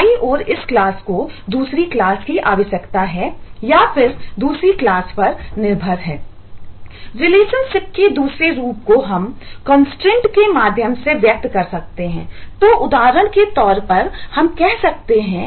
relationship का निर्माण कर सकते हैं